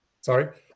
Sorry